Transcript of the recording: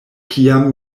kiam